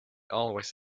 always